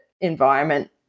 environment